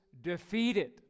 defeated